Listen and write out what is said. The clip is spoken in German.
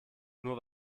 nur